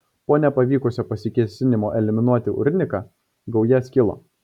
po nepavykusio pasikėsinimo eliminuoti urniką gauja skilo